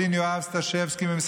כמובן, אי-אפשר בלי היועצים המשפטיים,